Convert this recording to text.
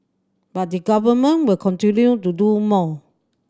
but the Government will continue to do more